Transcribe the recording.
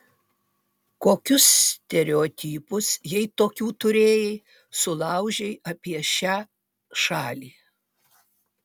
kokius stereotipus jei tokių turėjai sulaužei apie šią šalį